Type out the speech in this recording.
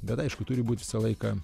bet aišku turi būt visą laiką